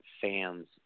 fans